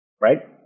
right